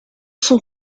son